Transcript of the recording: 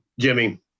Jimmy